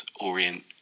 Orient